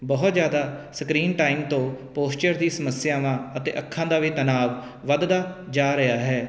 ਬਹੁਤ ਜ਼ਿਆਦਾ screen time ਤੋਂ ਪੋਸਚਰ ਦੀ ਸਮੱਸਿਆਵਾਂ ਅਤੇ ਅੱਖਾਂ ਦਾ ਵੀ ਤਨਾਵ ਵੱਧਦਾ ਜਾ ਰਿਹਾ ਹੈ